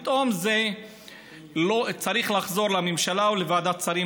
ופתאום זה צריך לחזור לממשלה או לוועדת שרים